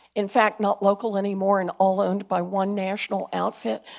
in fact, not local any more and all owned by one national outfit,